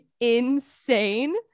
insane